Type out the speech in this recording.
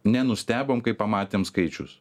nenustebom kai pamatėm skaičius